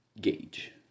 gauge